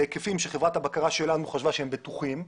כמובן בהיקפים שחברת הבקרה שלנו חשבה שהם בטוחים,